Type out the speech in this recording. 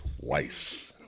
Twice